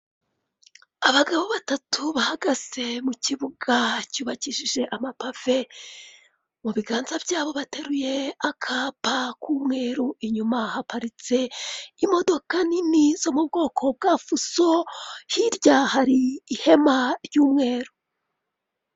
Abagabo batatu bahagaze mu kibuga cyubakishije amapave, mu biganza byabo bateruye akapa k'umweru inyuma haparitse imodoka nini zo mu bwoko bwa fuso, hirya hari ihema ry'umweru.